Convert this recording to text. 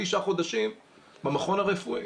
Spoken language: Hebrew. תשעה חודשים במכון הרפואי.